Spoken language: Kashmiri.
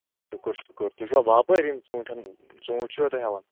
شُکُر شُکُر تُہۍ چھِوا باپٲرۍ یِم ژوٗنٹھٮ۪ن ژوٗنٹھۍ چھِوا تُہۍ ہٮ۪وان